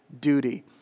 duty